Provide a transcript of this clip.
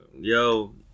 Yo